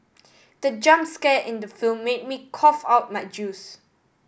the jump scare in the film made me cough out my juice